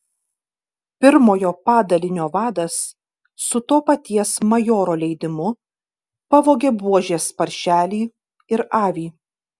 pirmojo padalinio vadas su to paties majoro leidimu pavogė buožės paršelį ir avį